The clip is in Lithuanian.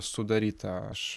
sudaryta aš